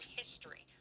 history